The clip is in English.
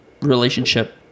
relationship